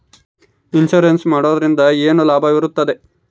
Insurance ಮಾಡೋದ್ರಿಂದ ಏನು ಲಾಭವಿರುತ್ತದೆ?